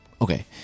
Okay